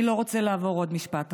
אני לא רוצה לעבור עוד משפט עכשיו,